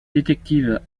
détective